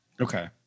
okay